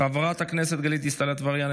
חברת הכנסת גלית דיסטל אטבריאן,